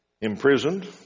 imprisoned